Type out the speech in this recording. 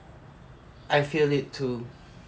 I feel it too